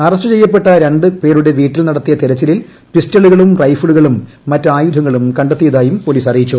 arrest ചെയ്യപ്പെട്ട രണ്ട് പേരുടെ വീട്ടിൽ നടത്തിയ തെരച്ചിലിൽ പിസ്റ്റളുകളും റൈഫിളും മറ്റ് ആയുധങ്ങളും കണ്ടെത്തിയതായും പോലീസ് അറിയിച്ചു